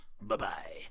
Bye-bye